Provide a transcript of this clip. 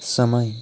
समय